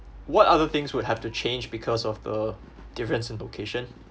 what other things would have to change because of the difference in location